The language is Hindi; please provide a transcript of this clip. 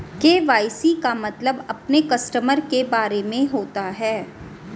के.वाई.सी का मतलब अपने कस्टमर के बारे में होता है